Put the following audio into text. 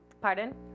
Pardon